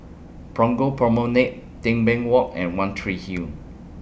Punggol Promenade Tebing Walk and one Tree Hill